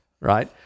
right